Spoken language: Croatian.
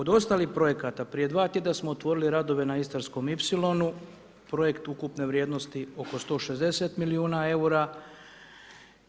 Od ostalih projekata, prije dva tjedna smo otvorili radove na Istarskom ipsilonu, projekt ukupne vrijednosti oko 160 milijuna EUR-a.